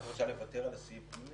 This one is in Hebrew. את רוצה לוותר על סעיף (ג)?